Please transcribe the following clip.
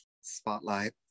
spotlight